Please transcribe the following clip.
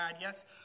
Yes